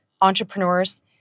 entrepreneurs